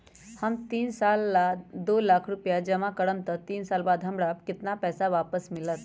हम तीन साल ला दो लाख रूपैया जमा करम त तीन साल बाद हमरा केतना पैसा वापस मिलत?